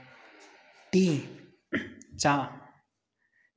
T चाह्